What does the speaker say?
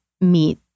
meet